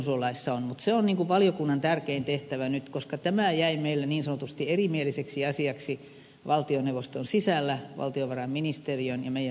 se on valiokunnan tärkein tehtävä nyt koska tämä jäi meillä niin sanotusti erimieliseksi asiaksi valtioneuvoston sisällä valtiovarainministeriön ja meidän ministeriön välillä